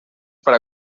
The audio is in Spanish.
para